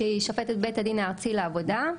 שהיא שופטת בית הדין הארצי לעבודה,